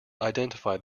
identify